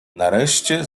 nareszcie